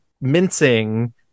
mincing